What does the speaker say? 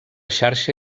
xarxa